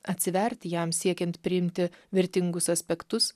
atsiverti jam siekiant priimti vertingus aspektus